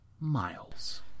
Miles